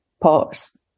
pause